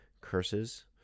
curses